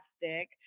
fantastic